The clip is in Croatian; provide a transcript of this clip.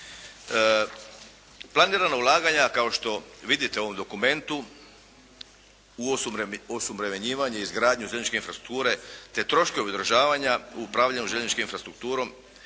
Planirana ulaganja kao što vidite u ovom dokumentu, u osuvremenjivanje i izgradnju željezničke infrastrukture, te troškovi održavanja upravljanju željezničkom infrastrukturom